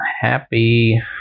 Happy